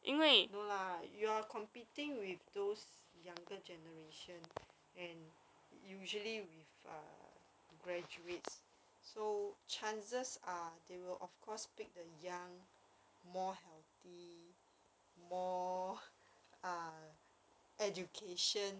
no lah you're competing with those younger generation and usually with ah graduates so chances are they will of course pick the young more healthy more ah education